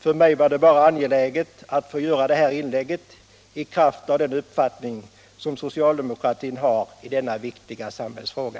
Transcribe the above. För mig var det bara angeläget att få göra det här inlägget i kraft av den uppfattning som socialdemokratin har i denna viktiga samhällsfråga.